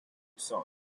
sons